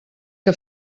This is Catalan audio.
que